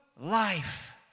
life